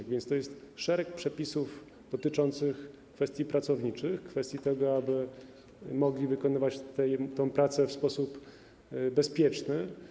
Tak więc to jest szereg przepisów dotyczących kwestii pracowniczych, kwestii tego, aby można było wykonywać pracę w sposób bezpieczny.